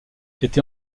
était